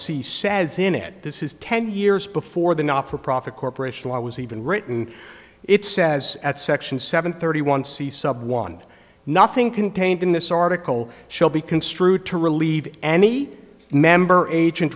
c says in it this is ten years before the not for profit corporation i was even written it says at section seven thirty one c sub one nothing contained in this article shall be construed to relieve any member agent